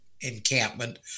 encampment